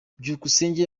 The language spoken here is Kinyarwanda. byukusenge